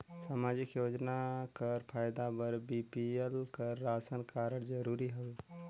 समाजिक योजना कर फायदा बर बी.पी.एल कर राशन कारड जरूरी हवे?